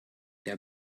der